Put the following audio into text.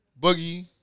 boogie